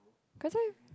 cause I